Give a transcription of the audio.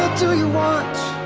do you want?